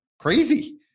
crazy